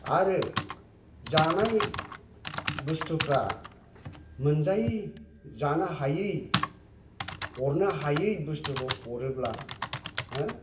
आरो जानाय बस्थुफ्रा मोनजायै जानो हायै अरनो हायै बस्थुखौ अरोब्ला हो